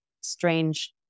strange